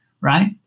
right